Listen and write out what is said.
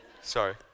sorry